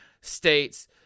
states